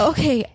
Okay